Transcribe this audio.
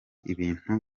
ibintu